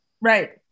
Right